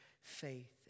faith